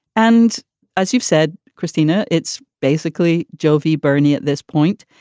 and as you've said, christina, it's basically joe v. bernie at this point,